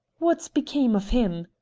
what became of him?